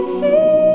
see